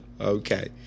Okay